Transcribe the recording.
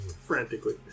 frantically